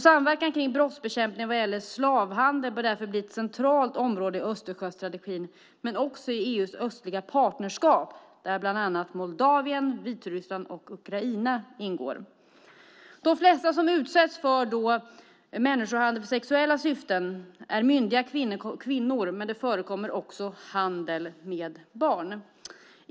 Samverkan kring brottsbekämpning vad gäller slavhandel bör därför bli ett centralt område i Östersjöstrategin men också i EU:s östliga partnerskap, där bland annat Moldavien, Vitryssland och Ukraina ingår. De flesta som utsätts för människohandel för sexuella syften är myndiga kvinnor, men det förekommer också handel med barn.